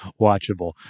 watchable